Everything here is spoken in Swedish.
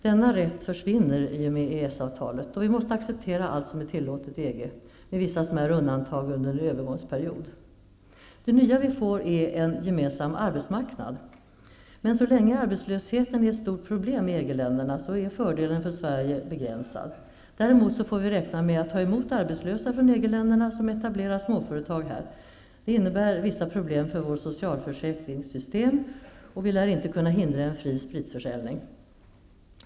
Denna rätt försvinner i och med EES-avtalet, då vi måste acceptera allt som är tillåtet i EG, med vissa smärre undantag under en övergångsperiod. Det nya vi får är en gemensam arbetsmarknad. Men så länge arbetslösheten är ett stort problem i EG-länderna är fördelen för Sverige begränsad. Däremot får vi räkna med att ta emot arbetslösa från EG-länderna som etablerar småföretag här. Det innebär vissa problem för vårt socialförsäkringssystem. Vi lär inte kunna hindra en fri spritförsäljning.